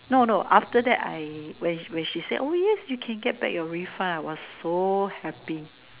no no after that I when when she said oh yes you can get back your refund I was so happy